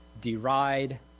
deride